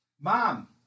Mom